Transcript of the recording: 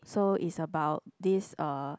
so ist' about this uh